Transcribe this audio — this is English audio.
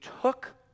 took